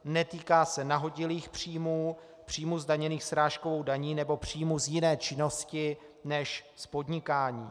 Netýká se nahodilých příjmů, příjmů zdaněných srážkovou daní nebo příjmů z jiné činnosti než z podnikání.